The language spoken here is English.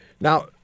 Now